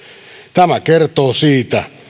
tämä kertoo siitä